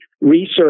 research